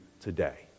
today